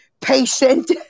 patient